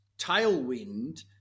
tailwind